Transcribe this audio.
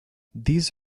these